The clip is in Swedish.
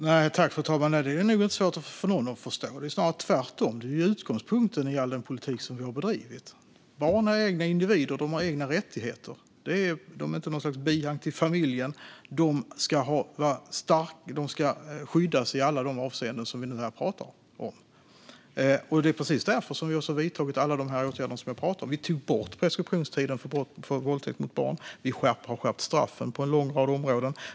Fru talman! Det är nog inte svårt för någon att förstå, snarare tvärtom. Det är utgångspunkten i all den politik som vi har bedrivit. Barn är egna individer. De har egna rättigheter. De är inte något bihang till familjen. De ska skyddas i alla de avseenden som vi pratar om här. Det är precis därför vi har vidtagit alla åtgärder som jag pratar om. Vi har tagit bort preskriptionstiden för våldtäkt mot barn. Vi har skärpt straffen på en lång rad områden.